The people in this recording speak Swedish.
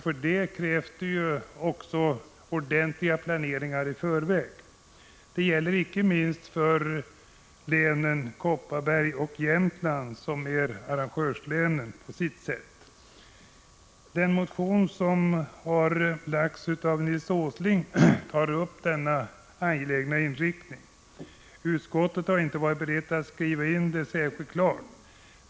För det krävs det också ordentlig planering i förväg. Det gäller icke minst för Kopparbergs och Jämtlands län, som på sitt sätt är arrangörslän. Den motion som har väckts av Nils G. Åsling tar upp denna angelägna inriktning. Utskottet har inte varit berett att skriva in detta speciellt klart.